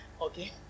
Okay